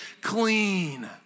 clean